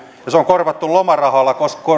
ja se on korvattu lomarahaan